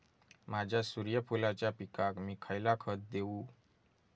माझ्या सूर्यफुलाच्या पिकाक मी खयला खत देवू?